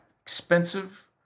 expensive